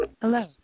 Hello